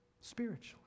spiritually